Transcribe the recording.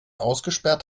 ausgesperrt